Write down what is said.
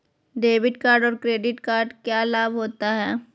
Debit card और credit card क्या लाभ होता है?